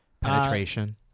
Penetration